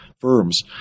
firms